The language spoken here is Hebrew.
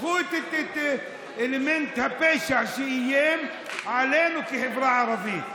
קחו את אלמנט הפשע שאיים עלינו כחברה ערבית.